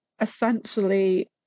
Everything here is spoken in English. essentially